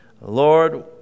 Lord